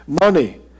money